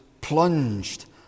plunged